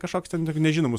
kažkoks ten nežinomus